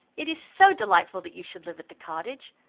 it is so delightful that you should live at the cottage!